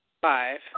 Five